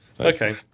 Okay